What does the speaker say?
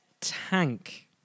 tank